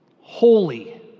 holy